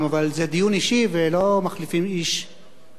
אבל זה דיון אישי ולא מחליפים איש ברעהו,